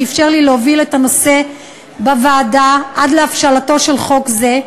שאִפשר לי להוביל את הנושא בוועדה עד להבשלתו של חוק זה.